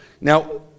Now